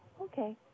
Okay